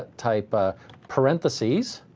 type ah parentheses,